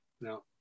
No